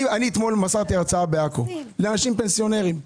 אתמול מסרתי הרצאה בעכו לאנשים פנסיונרים.